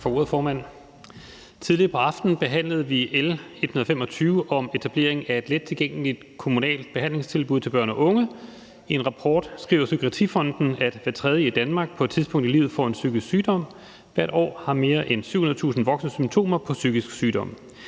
for ordet, formand. Tidligere på aftenen behandlede vi L 125 om etablering af et lettilgængeligt kommunalt behandlingstilbud til børn og unge. I en rapport skriver Psykiatrifonden, at hver tredje i Danmark på et tidspunkt i livet får en psykisk sygdom. Hvert år har mere end 700.000 voksne symptomer på psykisk sygdom.